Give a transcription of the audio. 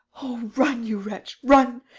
oh, run, you wretch, run!